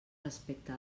respecte